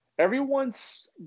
Everyone's